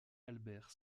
albert